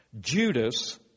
Judas